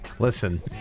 Listen